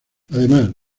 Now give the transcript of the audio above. además